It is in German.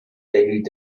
erhielt